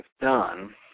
done